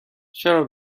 چرا